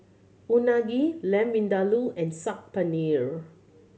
Unagi Lamb Vindaloo and Saag Paneer